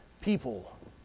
people